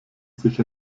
sich